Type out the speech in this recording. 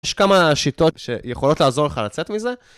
יש כמה שיטות שיכולות לעזור לך לצאת מזה.